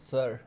Sir